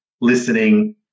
listening